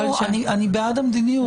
לא, אני בעד המדיניות.